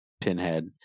pinhead